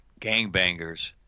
gangbangers